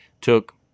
took